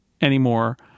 anymore